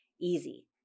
easy